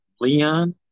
Leon